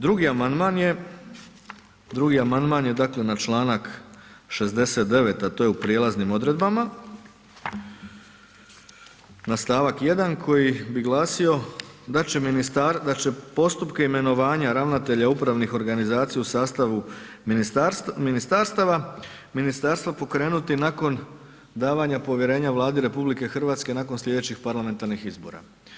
Drugi amandman je, drugi amandman je, dakle, na čl. 69., a to je u prijelaznim odredbama na st. 1. koji bi glasio da će ministar, da će postupke imenovanja ravnatelja upravnih organizacija u sastavu ministarstava, ministarstvo pokrenuti nakon davanja povjerenja Vladi RH nakon slijedećih parlamentarnih izbora.